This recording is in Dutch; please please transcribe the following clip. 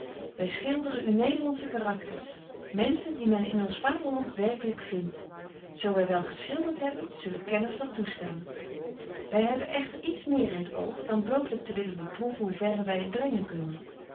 wy schilderen u nederlandsche karakters menschen die men in ons vaderland werkelyk vindt zo wy wel geschildert hebben zullen kenners dat toestaan wy hebben echter iets meer in t oog betje wolff en aagje deken historie van mejuffrouw sara burgerhart dan blootlyk te willen beproeven hoe verre wy het brengen kunnen